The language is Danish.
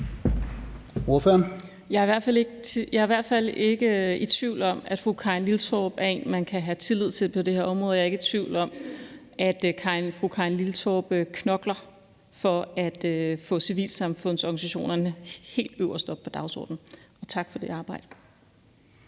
Jeg er i hvert fald ikke i tvivl om, at fru Karin Liltorp er en, man kan have tillid til på det her område, og jeg er ikke i tvivl om, at fru Karin Liltorp knokler for at få civilsamfundsorganisationerne helt øverst oppe på dagsordenen. Og tak for det arbejde!